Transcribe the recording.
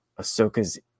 Ahsoka's